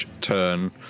turn